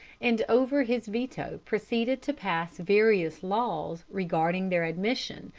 and over his veto proceeded to pass various laws regarding their admission,